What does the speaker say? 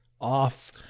off